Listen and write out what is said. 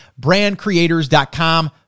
brandcreators.com